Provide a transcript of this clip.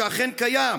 שאכן קיים,